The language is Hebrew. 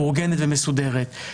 מאורגנת ומסודרת.